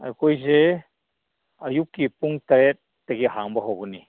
ꯑꯩꯈꯣꯏꯁꯦ ꯑꯌꯨꯛꯀꯤ ꯄꯨꯡ ꯇꯔꯦꯠꯇꯒꯤ ꯍꯥꯡꯕ ꯍꯧꯒꯅꯤ